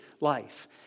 life